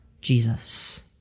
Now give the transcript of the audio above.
Jesus